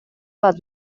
bat